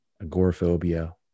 agoraphobia